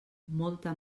molta